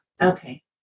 okay